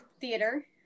theater